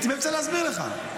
הייתי באמצע להסביר לך.